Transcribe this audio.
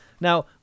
Now